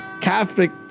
Catholic